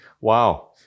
wow